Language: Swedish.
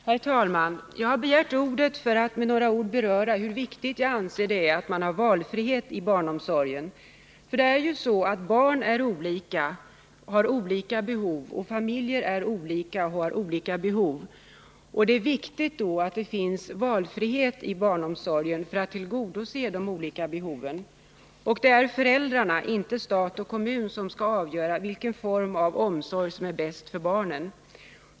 Herr talman! Jag har begärt ordet för att något beröra hur viktigt jag anser att det är att man har flexibilitet i barnomsorgen. Det är ju så att barn är olika och har olika behov, familjer är olika och har olika behov. Det är viktigt då att det finns valfrihet i omsorgen för att tillgodose de olika behoven. Och det är föräldrarna, inte stat och kommun, som skall avgöra vilken form av omsorg som är bäst för barnen.